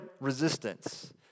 resistance